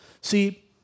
See